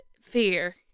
fear